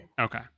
Okay